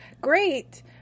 great